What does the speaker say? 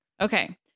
okay